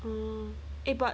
mm eh but